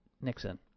Nixon